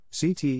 CT